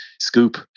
scoop